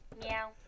Meow